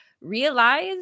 realize